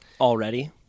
already